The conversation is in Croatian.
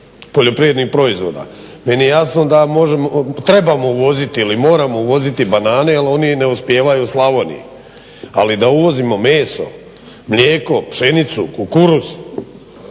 poljoprivrednih proizvoda. Meni je jasno da možemo, trebamo uvoziti ili moramo uvoziti banane jer oni ne uspijevaju u Slavoniji ali da uvozimo meso, mlijeko, pšenicu, kukuruz.